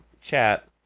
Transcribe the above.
chat